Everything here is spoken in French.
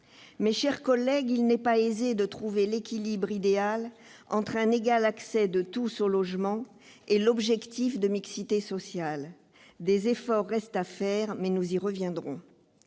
Mes chers collègues, il n'est pas aisé de trouver l'équilibre idéal entre l'objectif de l'égal accès de tous au logement et celui de mixité sociale. Des efforts restent à accomplir ; nous y reviendrons.